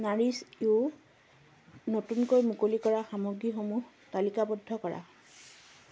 Nourish য়ুৰ নতুনকৈ মুকলি কৰা সামগ্ৰীসমূহ তালিকাবদ্ধ কৰা